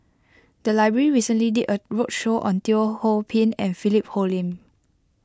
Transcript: the library recently did a roadshow on Teo Ho Pin and Philip Hoalim